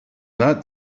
that